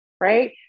right